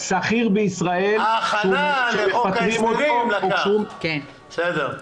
שכיר בישראל --- ההכנה לחוק ההסדרים לקחה, בסדר.